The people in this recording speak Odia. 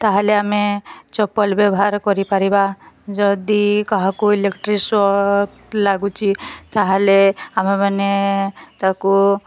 ତାହେଲେ ଆମେ ଚପଲ ବ୍ୟବହାର କରିପାରିବା ଯଦି କାହାକୁ ଇଲେକ୍ଟ୍ରି ଶର୍ଟ ଲାଗୁଛି ତାହେଲେ ଆମେମାନେ ତାକୁ